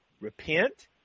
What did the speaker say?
repent